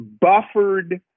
buffered